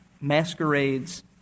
masquerades